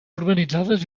urbanitzades